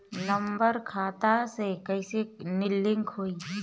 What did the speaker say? Number खाता से कईसे लिंक होई?